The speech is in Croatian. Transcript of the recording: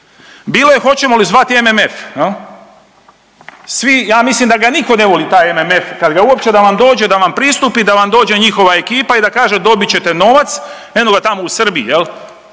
Bilo je hoćemo li zvati MMF jel. Svi, ja mislim da ga nitko ne voli taj MMF uopće da vam dođe, da vam pristupi, da vam dođe njihova ekipa i da kaže dobit ćete novac, eno ga tamo u Srbiji